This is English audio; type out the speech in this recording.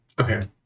okay